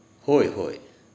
होय होय